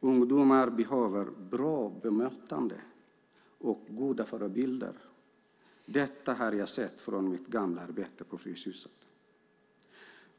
Ungdomar behöver bra bemötande och goda förebilder. Detta har jag sett i mitt gamla arbete på Fryshuset.